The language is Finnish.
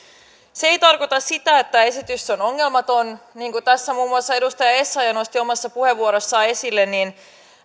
se ei tarkoita sitä että esitys on ongelmaton niin kuin tässä muun muassa edustaja essayah nosti omassa puheenvuorossaan esille